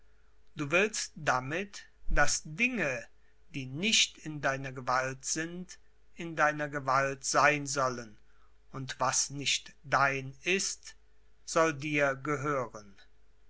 du willst damit daß dinge die nicht in deiner gewalt sind in deiner gewalt sein sollen und was nicht dein ist soll dir gehören